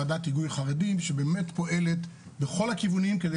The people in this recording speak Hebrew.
ועדת היגוי חרדים שבאמת פועלת בכל הכיוונים כדי